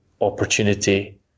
opportunity